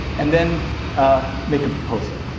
and then ah make a proposal.